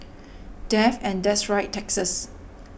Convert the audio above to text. death and that's right taxes